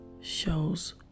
shows